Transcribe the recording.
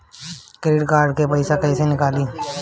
Credit card से पईसा केइसे निकली?